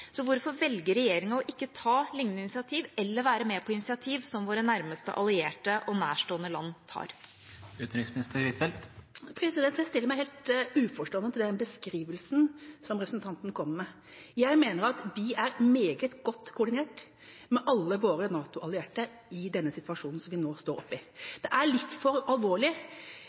Hvorfor velger regjeringa ikke å ta lignende initiativer eller være med på initiativer som våre nærmeste allierte og nærstående land tar? Jeg stiller meg helt uforstående til den beskrivelsen som representanten kommer med. Jeg mener at vi er meget godt koordinert med alle våre NATO-allierte i denne situasjonen som vi nå står oppe i. Det er litt for alvorlig